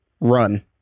run